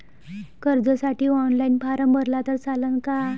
कर्जसाठी online form भरला तर चालन का?